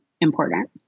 important